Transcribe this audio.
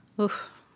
oof